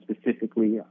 specifically